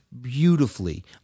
beautifully